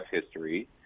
history